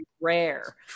rare